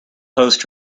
post